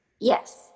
Yes